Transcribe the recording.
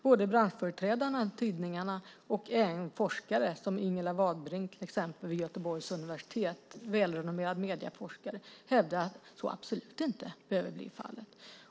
Både branschföreträdarna, tidningarna och forskare som till exempel Ingela Wadbring vid Göteborgs universitet, en välrenommerad medieforskare, hävdar att så absolut inte behöver bli fallet.